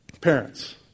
parents